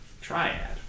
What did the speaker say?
Triad